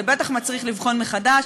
זה בטח מצריך לבחון מחדש,